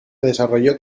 desarrolló